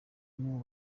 n’uwo